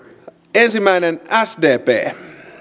ensimmäinen sdp